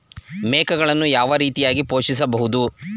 ಮೇಕೆಗಳನ್ನು ಯಾವ ರೀತಿಯಾಗಿ ಪೋಷಿಸಬಹುದು?